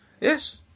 Yes